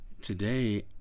today